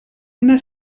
una